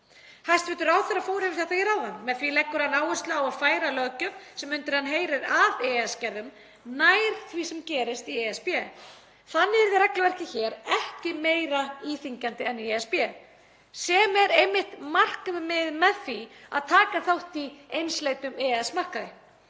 Hæstv. ráðherra fór yfir þetta hér áðan. Með því leggur hann áherslu á að færa löggjöf sem undir hann heyrir af EES-gerðum nær því sem gerist í ESB. Þannig yrði regluverkið hér ekki meira íþyngjandi en í ESB sem er einmitt markmiðið með því að taka þátt í einsleitum EES-markaði.